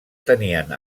tenien